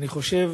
אני חושב,